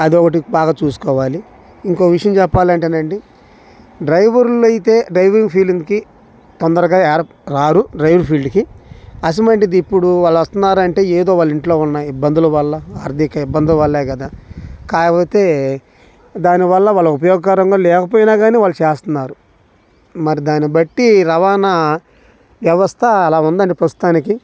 అదొకటి బాగా చూసుకోవాలి ఇంకొక విషయం చెప్పాలంటేనండీ డ్రైవర్లు అయితే డ్రైవింగ్ ఫీల్డ్కి తొందరగా రారు డ్రైవింగ్ ఫీల్డ్కి అటువంటిది ఇప్పుడు వాళ్ళు వస్తున్నారంటే ఏదో వాళ్ళ ఇంట్లో ఉన్న ఇబ్బందుల వల్ల ఆర్థిక ఇబ్బందులు వల్లే కదా కాకపోతే దానివల్ల వాళ్ళు ఉపయోగకరంగా లేకపోయినా కానీ వాళ్ళు చేస్తన్నారు మరి దాన్ని బట్టి రవాణా వ్యవస్థ అలా ఉందండి ప్రస్తుతానికి